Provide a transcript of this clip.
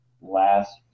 last